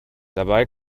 dabei